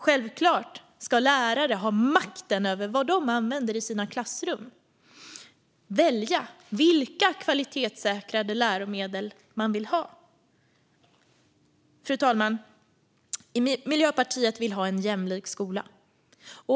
Självklart ska lärare ha makten över vad de använder i sina klassrum. De ska kunna välja vilka kvalitetssäkrade läromedel de vill ha. Fru talman! Miljöpartiet vill ha en jämlik skola.